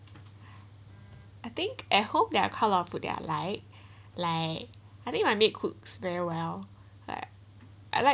I think at home they're quite a lot of food that like I think my maid cooks very well like I like